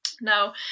Now